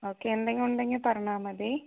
okay എന്തെങ്കിലും ഉണ്ടെങ്കിൽ പറഞ്ഞാൽ മതി